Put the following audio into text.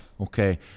Okay